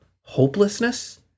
hopelessness